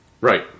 Right